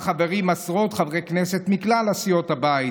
שבה חברים עשרות חברי כנסת מכלל סיעות הבית,